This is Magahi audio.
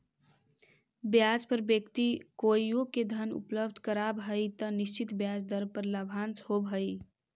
ब्याज पर व्यक्ति कोइओ के धन उपलब्ध करावऽ हई त निश्चित ब्याज दर पर लाभांश होवऽ हई